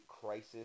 crisis